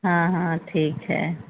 हाँ हाँ ठीक है